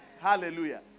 Hallelujah